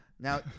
Now